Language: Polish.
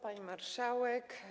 Pani Marszałek!